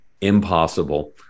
impossible